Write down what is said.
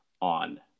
on